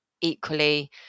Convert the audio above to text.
equally